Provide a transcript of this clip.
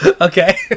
Okay